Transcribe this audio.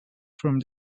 from